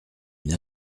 une